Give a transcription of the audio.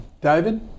David